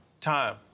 time